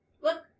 Look